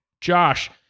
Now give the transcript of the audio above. Josh